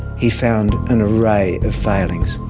he found an array of failings,